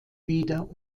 wieder